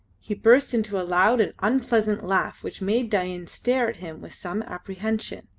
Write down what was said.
he burst into a loud and unpleasant laugh which made dain stare at him with some apprehension,